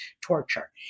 torture